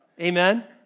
Amen